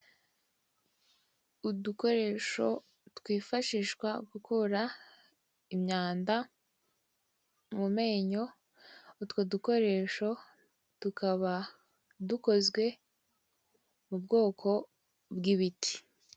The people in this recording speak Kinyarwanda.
Udukoresho twifashishwa gukura imyenda mu menyo, utwo dukoresho tukaba dukozwe mu bwoko bw'ibiti.